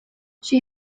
she